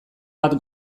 bat